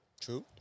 True